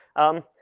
um,